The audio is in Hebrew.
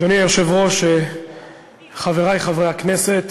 אדוני היושב-ראש, חברי חברי הכנסת,